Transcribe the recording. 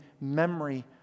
memory